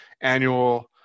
annual